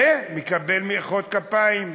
והוא מקבל מחיאות כפיים,